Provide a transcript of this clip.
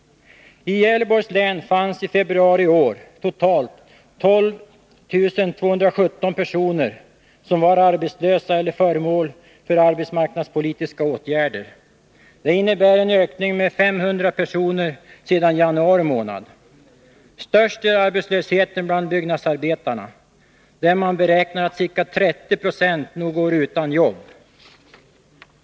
I Gävleborgs län fanns i februari i år totalt 12 217 personer, som var arbetslösa eller föremål för arbetsmarknadspolitiska åtgärder. Det innebär en ökning med 500 personer sedan januari. Störst är arbetslösheten bland byggnadsarbetarna, där man beräknar att ca 30 90 nu går utan jobb.